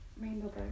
Rainbow